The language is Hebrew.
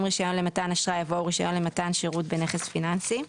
"רישיון למתן אשראי" יבואו "רישיון למתן שירות בנכס פיננסי"".